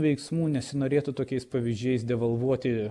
veiksmų nesinorėtų tokiais pavyzdžiais devalvuoti